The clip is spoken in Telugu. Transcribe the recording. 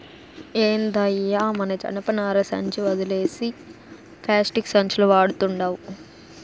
ఏందయ్యో మన జనపనార సంచి ఒదిలేసి పేస్టిక్కు సంచులు వడతండావ్